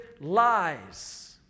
lies